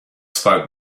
spoke